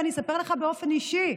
ואני אספר לך באופן אישי,